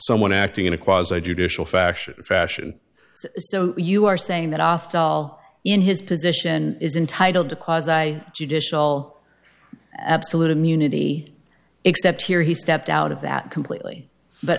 someone acting in a quasi judicial fashion fashion so you are saying that often all in his position is entitled to cause i judicial absolute immunity except here he stepped out of that completely but